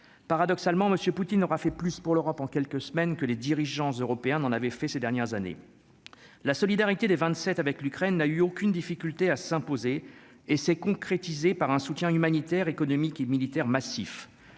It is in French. paradoxalement, monsieur Poutine aura fait plus pour l'Europe en quelques semaines que les dirigeants européens n'en avait fait ces dernières années, la solidarité des 27 avec l'Ukraine n'a eu aucune difficulté à s'imposer et s'est concrétisée par un soutien humanitaire, économique et militaire massif